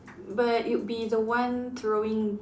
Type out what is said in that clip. but it'll be the one throwing